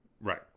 Right